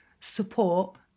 support